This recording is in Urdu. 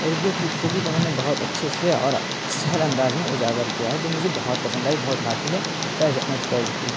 اردو کی خوبی کو انہوں نے بہت اچھے سے اور سہل انداز میں اجاگر کیا ہے جو مجھے بہت پسند آئی بہت بھاتی ہے فیض احمد فیض کی